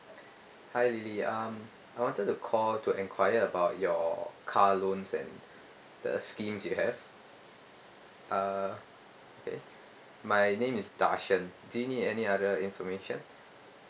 hi lily um I wanted to call to enquire about your car loans and the schemes you have uh K my name is darshan do you need any other information